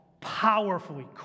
powerfully